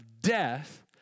death